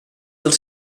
dels